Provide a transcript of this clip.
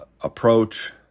Approach